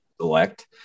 select